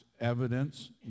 evidence